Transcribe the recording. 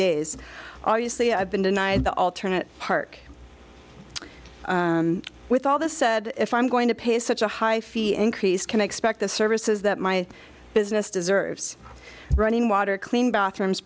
days obviously i've been denied the alternate park with all this said if i'm going to pay such a high fee increase can expect the services that my business deserves running water clean bathrooms